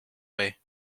way